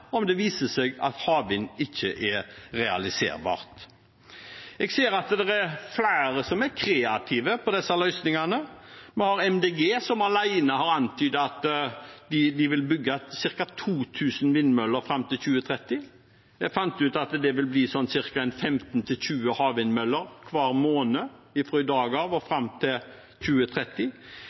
er realiserbart. Jeg ser at det er flere som er kreative på disse løsningene. Vi har Miljøpartiet De Grønne, som alene har antydet at de vil bygge ca. 2 000 vindmøller fram til 2030. Jeg fant ut at det vil bli ca. 15–20 havvindmøller hver måned fra i dag og fram til 2030.